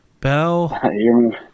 Bell